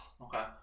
okay